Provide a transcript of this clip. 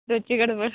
रोजची गडबड